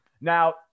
Now